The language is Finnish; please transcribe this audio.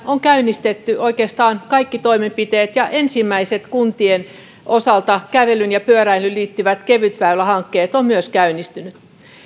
on käynnistetty oikeastaan kaikki toimenpiteet ja kuntien osalta ensimmäiset kävelyyn ja pyöräilyyn liittyvät kevytväylähankkeet ovat myös käynnistyneet